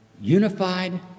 Unified